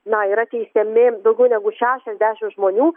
na yra teisiami daugiau negu šešiasdešim žmonių